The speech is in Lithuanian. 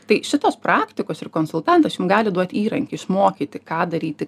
tai šitos praktikos ir konsultantas jums gali duoti įrankį jūs mokyti ką daryti